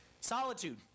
Solitude